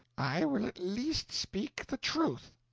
i will at least speak the truth.